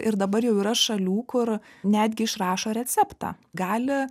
ir dabar jau yra šalių kur netgi išrašo receptą gali